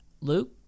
luke